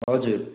हजुर